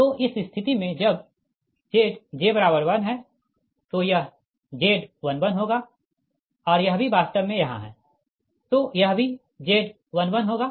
तो इस स्थिति में जब Z j1 है तो यह Z11होगा और यह भी वास्तव में यहाँ है तो यह भी Z11 होगा